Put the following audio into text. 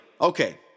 okay